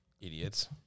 Idiots